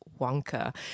Wonka